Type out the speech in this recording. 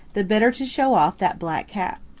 the better to show off that black cap.